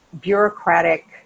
bureaucratic